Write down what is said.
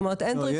לא.